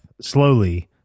slowly